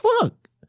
fuck